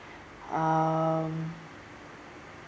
um